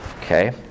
okay